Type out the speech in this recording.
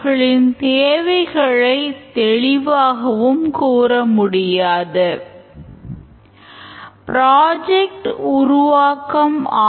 இதில் ஏதேனும் மாற்றங்கள் இருப்பின் அதை சரி செய்து மீண்டும் உருவாக்கத்தை திட்டப்படி நடத்தவேண்டும்